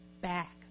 Back